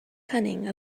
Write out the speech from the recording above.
cunning